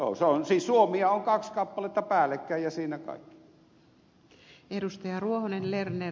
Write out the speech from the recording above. joo siis suomia on kaksi kappaletta päällekkäin ja siinä kaikki